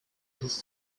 his